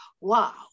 wow